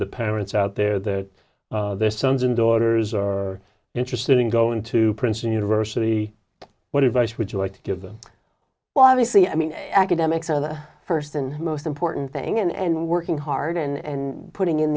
the parents out there that their sons and daughters are interested in going to princeton university what advice would you like to give them well obviously i mean academics are the first and most important thing and working hard and putting in